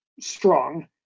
strong